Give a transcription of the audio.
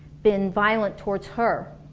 been violent towards her.